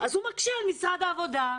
אז הוא מקשה על משרד העבודה,